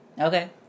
Okay